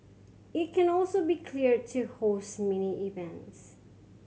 it can also be cleared to host mini events